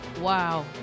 Wow